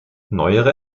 neuere